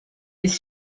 les